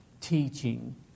teaching